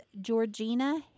Georgina